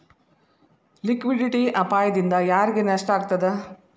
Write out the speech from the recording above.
Liquidity ಅಪಾಯ ದಿಂದಾ ಯಾರಿಗ್ ನಷ್ಟ ಆಗ್ತದ?